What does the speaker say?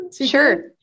Sure